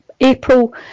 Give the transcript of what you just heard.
April